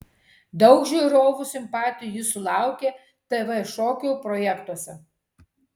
daug žiūrovų simpatijų jis sulaukė tv šokių projektuose